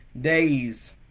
days